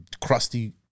crusty